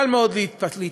קל מאוד להיתפס